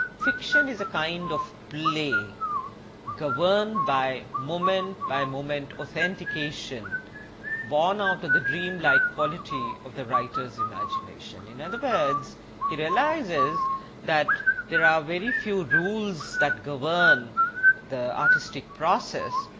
fiction is a kind of play governed by moment by moment authentication born out of the dream like quality of the writer's imagination. in other words he realizes that there are very few rules that governed the artistic process,